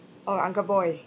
orh uncle boy